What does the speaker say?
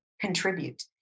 contribute